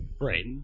Right